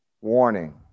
warning